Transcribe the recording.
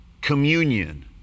communion